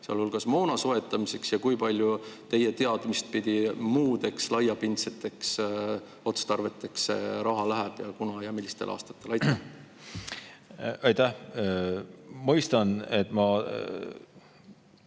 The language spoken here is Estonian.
sealhulgas moona soetamiseks, ja kui palju teie teadmist pidi muudeks laiapindseteks otstarveteks raha läheb ja millistel aastatel? Aitäh! Ma mõistan, et ma